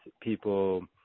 people